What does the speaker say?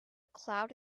cloud